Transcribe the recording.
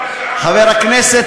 חבר הכנסת,